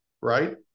right